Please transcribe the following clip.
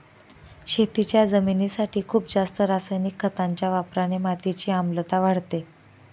शेतीच्या जमिनीसाठी खूप जास्त रासायनिक खतांच्या वापराने मातीची आम्लता वाढते